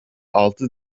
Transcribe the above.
altı